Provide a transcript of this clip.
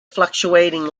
fluctuating